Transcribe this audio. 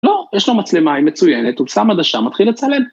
‫לא, יש לו מצלמה מצוינת, ‫הוא שם עדשה, מתחיל לצלם.